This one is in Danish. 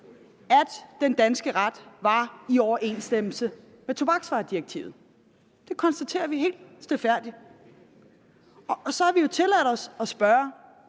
at den danske ret var i overensstemmelse med tobaksvaredirektivet. Det konstaterer vi helt stilfærdigt. Og så har vi jo tilladt os at spørge,